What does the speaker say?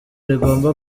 rigomba